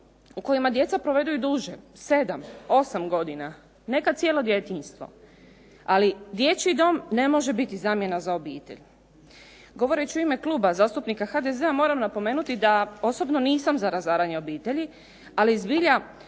u kojima djeca provedu i duže do 7, 8 godina, nekad cijelo djetinjstvo ali dječji dom ne može biti zamjena za obitelj. Govoreći u ime Kluba zastupnika HDZ-a moram napomenuti da osobno nisam za razaranje obitelji ali zbilja